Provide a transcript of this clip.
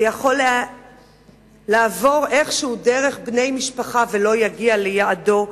שיכול לעבור איכשהו דרך בני משפחה ולא להגיע ליעדו,